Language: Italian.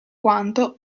quanto